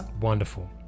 Wonderful